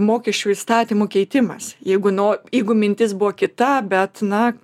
mokesčių įstatymų keitimas jeigu nuo jeigu mintis buvo kita bet na